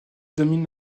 domine